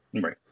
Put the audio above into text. Right